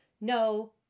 no